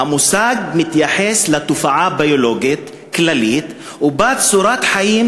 "המושג מתייחס לתופעה ביולוגית כללית ובה צורת חיים